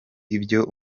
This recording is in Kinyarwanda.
ibyo